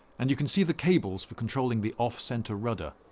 and you can see the cables for controlling the off-centre rudder.